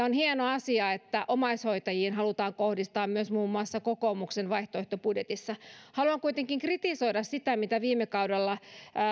on hieno asia että omaishoitajiin halutaan kohdistaa myös muun muassa kokoomuksen vaihtoehtobudjetissa haluan kuitenkin kritisoida sitä mitä viime kaudella